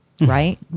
right